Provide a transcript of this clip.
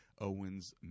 Owens